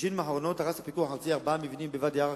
בשנים האחרונות הרס הפיקוח הארצי ארבעה מבנים בוואדי-עארה,